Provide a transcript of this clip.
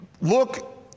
look